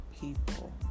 people